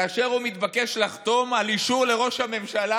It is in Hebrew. כאשר הוא מתבקש לחתום על אישור לראש הממשלה